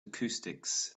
acoustics